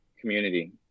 Community